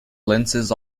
lenses